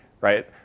right